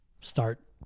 start